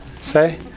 say